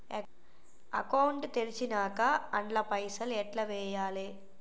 Account తెరిచినాక అండ్ల పైసల్ ఎట్ల వేయాలే?